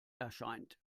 erscheint